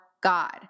God